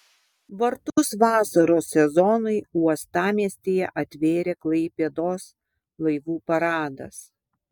vartus vasaros sezonui uostamiestyje atvėrė klaipėdos laivų paradas